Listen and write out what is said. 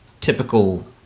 typical